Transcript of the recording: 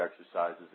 exercises